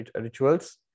rituals